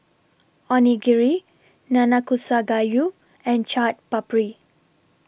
Onigiri Nanakusa Gayu and Chaat Papri